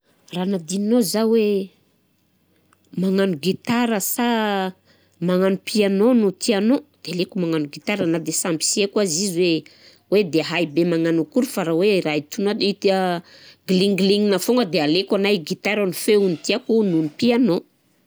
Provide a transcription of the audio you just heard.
Raha nadininao zah hoe magnano gitara sa magnano piano no tianao, de aleoko magnano gitara na de samby sy haiko aby izy hoe de hay be magnano akory fa raha hoe ry tonoà edy a cling cling foana de aleoko anahy gitara ny feony no tiako noho ny piano.